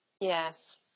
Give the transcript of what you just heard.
Yes